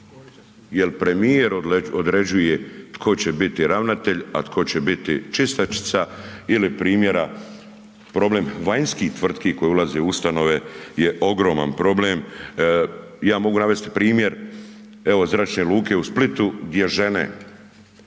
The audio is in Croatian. Jel premijer određuje tko će biti ravnatelj, a tko će biti čistačica ili primjera problem vanjskih tvrtki koje ulaze u ustanove je ogroman problem. Ja mogu navesti primjer evo Zračne luke u Splitu gdje žene